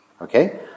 okay